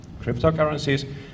cryptocurrencies